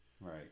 Right